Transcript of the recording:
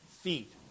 feet